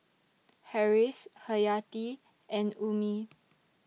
Harris Hayati and Ummi